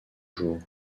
jour